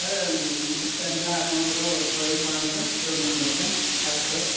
sir ହେଲା ଆପଣଙ୍କର ଶହେ ପାଞ୍ଚ ରୁମ୍ ନମ୍ବରଟା ଫାଷ୍ଟ୍ ଫ୍ଲୋର୍